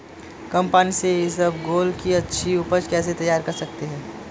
कम पानी से इसबगोल की अच्छी ऊपज कैसे तैयार कर सकते हैं?